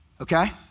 okay